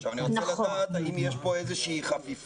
עכשיו, אני רוצה לדעת האם יש פה איזושהי חפיפה.